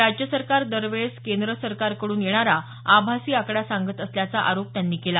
राज्य सरकार दरवेळेस केंद्र सरकारकडून येणारा आभासी आकडा सांगत असल्याचा आरोप त्यांनी केला